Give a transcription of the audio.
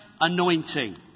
anointing